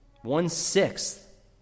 One-sixth